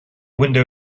window